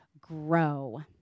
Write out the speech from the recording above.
grow